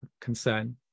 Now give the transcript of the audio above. concern